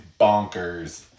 bonkers